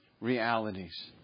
realities